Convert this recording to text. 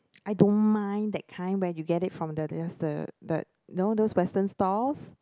I don't mind that kind where you get it from the just the that you know those western stalls